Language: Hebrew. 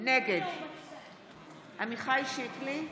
נגד עמיחי שיקלי,